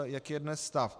Jaký je dnes stav?